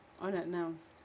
unannounced